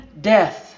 death